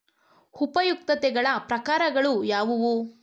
ಉಪಯುಕ್ತತೆಗಳ ಪ್ರಕಾರಗಳು ಯಾವುವು?